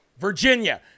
Virginia